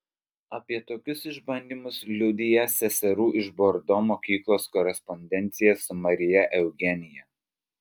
apie tokius išbandymus liudija seserų iš bordo mokyklos korespondencija su marija eugenija